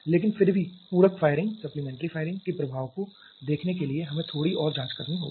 लेकिन फिर भी पूरक फायरिंग के प्रभाव को देखने के लिए हमें थोड़ी और जांच करनी चाहिए